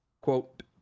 quote